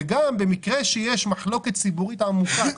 וגם במקרה שיש מחלוקת ציבורית עמוקה,